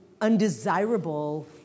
undesirable